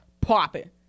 popping